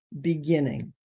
beginning